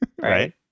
right